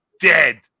dead